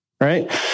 right